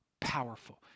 powerful